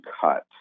cut